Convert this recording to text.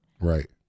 Right